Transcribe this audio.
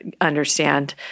understand